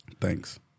Thanks